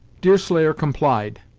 deerslayer complied,